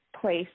place